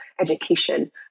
education